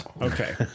Okay